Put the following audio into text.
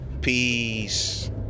Peace